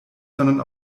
sondern